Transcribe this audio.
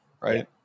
right